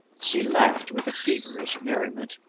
she laughed with a feverish merriment.